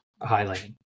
highlighting